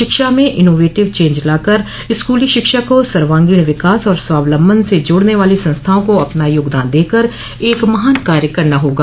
शिक्षा में innovative change लाकर स्कूली शिक्षा को सर्वांगीण विकास और स्वावलम्बन से जोड़ने वाली संस्थाओं को अपना योगदान देकर एक महान कार्य करना होगा